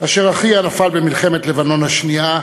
אשר אחיה נפל במלחמת לבנון השנייה.